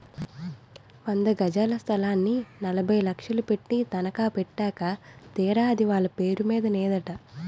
వంద గజాల స్థలాన్ని నలభై లక్షలు పెట్టి తనఖా పెట్టాక తీరా అది వాళ్ళ పేరు మీద నేదట